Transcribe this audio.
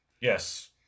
yes